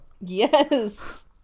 Yes